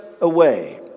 away